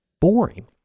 boring